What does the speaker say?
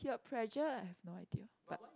peer pressure i have no idea but